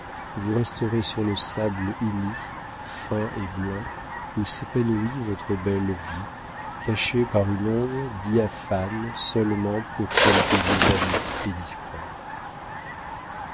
vous resterez sur le sable uni fin et blanc où s'épanouit votre belle vie cachée par une onde diaphane seulement pour quelques yeux amis et discrets